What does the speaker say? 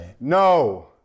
No